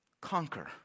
conquer